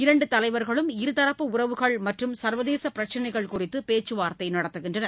இரண்டு தலைவா்களும் இருதரப்பு உறவுகள் மற்றும் சா்வதேச பிரச்சினைகள் குறித்து பேச்சுவார்த்தை நடத்துகின்றனர்